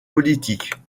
politiques